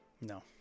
No